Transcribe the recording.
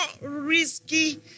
risky